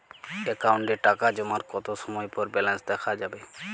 অ্যাকাউন্টে টাকা জমার কতো সময় পর ব্যালেন্স দেখা যাবে?